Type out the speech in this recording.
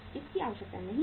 इसकी आवश्यकता नहीं है